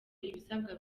ibisabwa